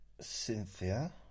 Cynthia